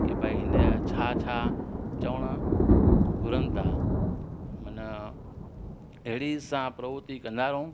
के भई हिनजा छा छा चवण घुरनि था मना अहिड़ी सां प्रवति कंदा रहू